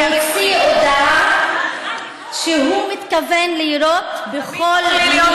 והוציא הודעה שהוא מתכוון לירות בכל מי,